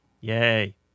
Yay